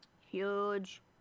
huge